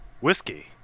Whiskey